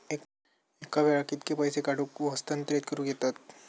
एका वेळाक कित्के पैसे काढूक व हस्तांतरित करूक येतत?